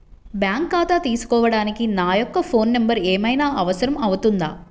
Bank ఖాతా తీసుకోవడానికి నా యొక్క ఫోన్ నెంబర్ ఏమైనా అవసరం అవుతుందా?